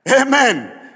Amen